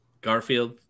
Garfield